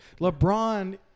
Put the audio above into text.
LeBron